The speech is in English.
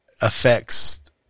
affects